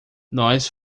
nós